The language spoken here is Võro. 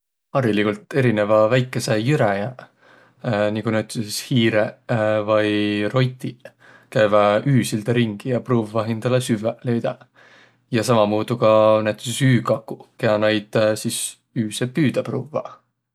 Hariligult erineväq väikeseq jüräjäq nigu näütüses hiireq vai rotiq käüväq üüse ringi ja pruuvvaq hindäle süvväq löüdäq. Ja sammamuudu ka näütüses üükakuq, kiä näid sis üüse püüdäq pruuvvaq.